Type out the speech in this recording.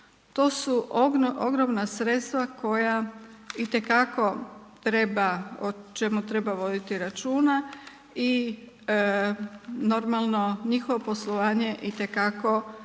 To su ogromna sredstva koja i te kako treba, o čemu treba voditi računa i normalno njihovo poslovanje i te kako utječe